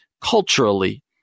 culturally